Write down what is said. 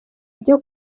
byo